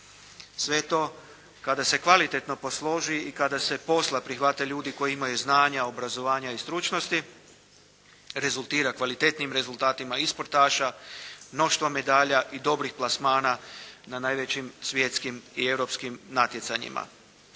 Sve to kada se kvalitetno posloži i kada se posla prihvate ljudi koji imaju znanja, obrazovanja i stručnosti, rezultira kvalitetnijim rezultatima i sportaša, mnoštvo medalja i dobrih plasmana na najvećim svjetskim i europskim natjecanjima.